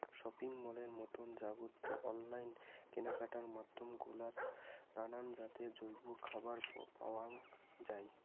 shopping মলের মতন জাগাত ও অনলাইন কেনাকাটার মাধ্যম গুলাত নানান জাতের জৈব খাবার পাওয়াং যাই